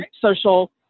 social